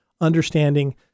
understanding